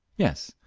yes,